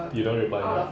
you don't reply